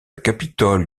capitole